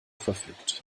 verfügt